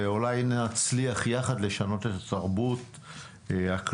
ושאולי נצליח, יחד, לשנות את התרבות הקלוקלת.